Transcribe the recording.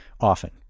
often